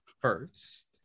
First